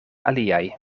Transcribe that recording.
aliaj